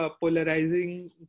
polarizing